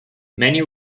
many